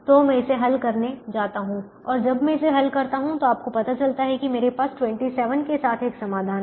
तो मैं इसे हल करने जाता हूं और जब मैं इसे हल करता हूं तो आपको पता चलता है कि मेरे पास 27 के साथ एक समाधान है